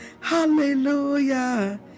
hallelujah